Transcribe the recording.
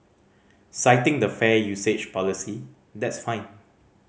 citing the fair usage policy that's fine